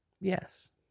Yes